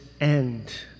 end